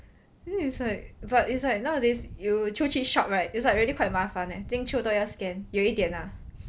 then it's like but it's like nowadays you 出去 shop right it's like really quite 麻烦 leh 进出都要 scan 有一点 lah